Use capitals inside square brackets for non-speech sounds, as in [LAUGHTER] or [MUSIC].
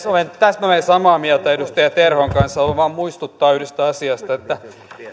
[UNINTELLIGIBLE] olen täsmälleen samaa mieltä edustaja terhon kanssa haluan vain muistuttaa yhdestä asiasta että